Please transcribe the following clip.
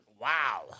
Wow